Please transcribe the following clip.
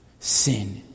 sin